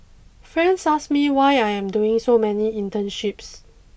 friends ask me why I am doing so many internships